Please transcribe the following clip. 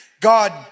God